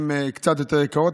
שהן קצת יותר יקרות,